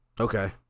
okay